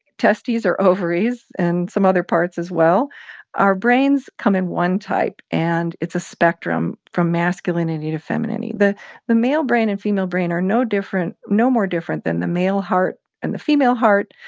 testes or ovaries and some other parts as well our brains come in one type. and it's a spectrum from masculinity to femininity. the the male brain and female brain are no different no more different than the male heart and the female heart,